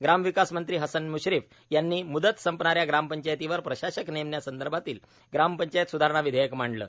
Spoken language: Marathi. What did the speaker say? ग्रामविकास मंत्री हसन म्श्रीफ यांनी म्दत संपणाऱ्या ग्रामपंचायतींवर प्रशासक नेमण्या संदर्भातील ग्रामपंचायत सुधारणा विधेयक मांडलं